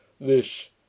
This